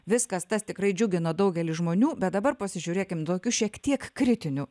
viskas tas tikrai džiugino daugelį žmonių bet dabar pasižiūrėkim tokiu šiek tiek kritiniu